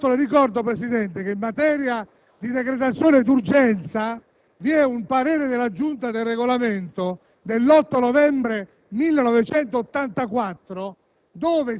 Tra l'altro, Presidente, ricordo che in materia di decretazione d'urgenza vi è un parere della Giunta per il Regolamento dell'8 novembre 1984